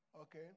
Okay